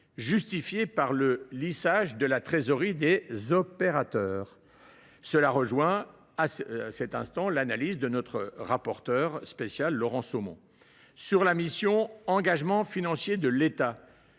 justifiée par le lissage de la trésorerie des opérateurs. Cela rejoint l’analyse faite par notre rapporteur spécial, Laurent Somon. Sur la mission « Engagements financiers de l’État »,